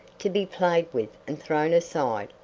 to be played with and thrown aside.